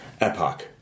epoch